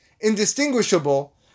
indistinguishable